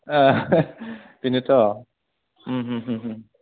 बेनोथ'